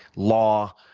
law,